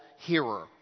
Hearer